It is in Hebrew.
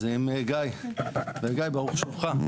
אז אם, גיא, ברשותך.